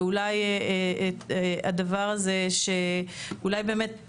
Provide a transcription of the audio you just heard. ואולי אנחנו באמת ננסה,